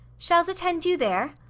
shall s attend you there?